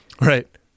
Right